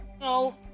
no